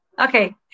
Okay